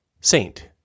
Saint